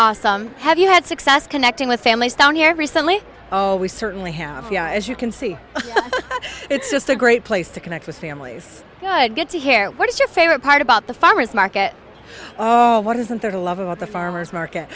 experience have you had success connecting with families down here recently oh we certainly have as you can see it's just a great place to connect with families could get to hear what is your favorite part about the farmer's market oh what isn't there to love about the farmer's market